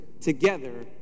together